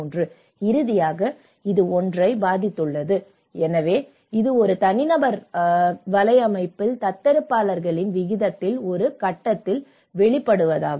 இறுதியாக இது ஒன்றை பாதித்துள்ளது எனவே இது ஒரு தனிநபர் நபர்கள் வலையமைப்பில் தத்தெடுப்பாளர்களின் விகிதத்தில் ஒரு கட்டத்தில் வெளிப்படுவதாகும்